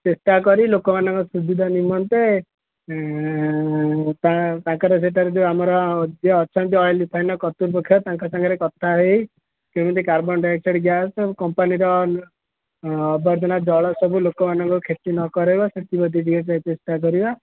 ଚେଷ୍ଟାକରି ଲୋକମାନଙ୍କ ସୁବିଧା ନିମନ୍ତେ ତାଙ୍କର ସେଠାରେ ଯୋଉ ଆମର ଯିଏ ଅଛନ୍ତି ଅଏଲ ରିଫାଇନ୍ କତ୍ରୁପକ୍ଷ ତାଙ୍କ ସାଙ୍ଗରେ କଥାହେଇ କେମିତି କାର୍ବନ୍ ଡାଇଅକ୍ସାଇଡ଼ ଗ୍ୟାସ୍ କମ୍ପାନୀର ଅବର୍ଜନା ଜଳ ସବୁ ଲୋକମାନଙ୍କୁ କ୍ଷତି ନ କରିବ ସେଥିପ୍ରତି ଟିକେ ଚେଷ୍ଟାକରିବା